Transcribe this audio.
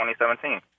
2017